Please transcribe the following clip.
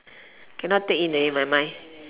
cannot take in already my mind